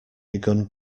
begun